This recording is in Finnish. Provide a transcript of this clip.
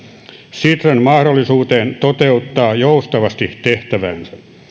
sitran mahdollisuuteen toteuttaa joustavasti tehtäväänsä